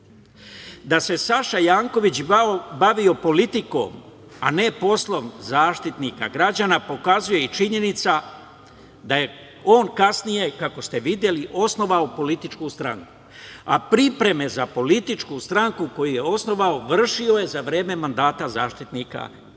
se Saša Janković bavio politikom a ne poslom zaštitnika građana pokazuje i činjenica da je on kasnije, kako ste videli, osnovao političku stranku, a pripreme za političku stranku koju je osnovao vršio je za vreme mandata Zaštitnika građana. Sale